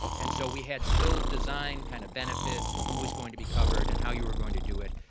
and so we had built, designed kind of benefits and who was going to be covered and how you were going to do it,